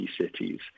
cities